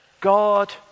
God